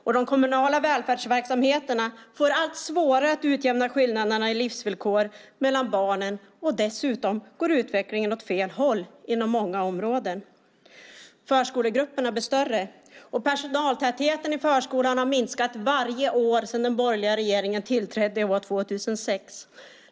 Och de kommunala välfärdsverksamheterna får allt svårare att utjämna skillnaderna i livsvillkor mellan barnen, och dessutom går utvecklingen åt fel håll inom många områden. Förskolegrupperna blir större, och personaltätheten i förskolan har minskat varje år sedan den borgerliga regeringen tillträdde år 2006.